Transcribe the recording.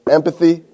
Empathy